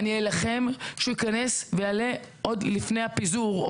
אני אלחם שהוא ייכנס ויעלה עוד לפני הפיזור,